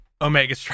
Omega